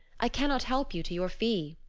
i cannot help you to your fee.